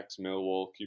Millwall